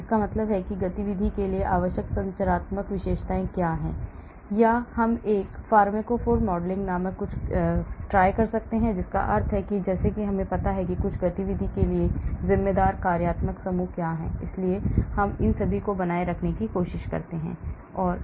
इसका मतलब है कि गतिविधि के लिए आवश्यक संरचनात्मक विशेषताएं क्या हैं या मैं एक फार्माकोफ़ोर मॉडलिंग नामक कुछ करता हूं जिसका अर्थ है कि मुझे पता है कि कुछ गतिविधि के लिए जिम्मेदार कार्यात्मक समूह क्या हैं इसलिए मैं इन सभी को बनाए रखने की कोशिश करता हूं